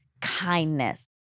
kindness